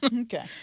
Okay